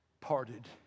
parted